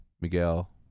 Miguel